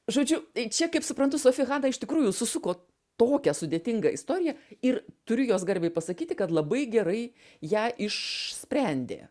žodžiu čia kaip suprantu sofi hana iš tikrųjų susuko tokią sudėtingą istoriją ir turiu jos garbei pasakyti kad labai gerai ją išsprendė